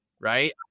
Right